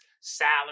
salary